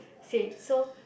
say so